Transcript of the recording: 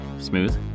smooth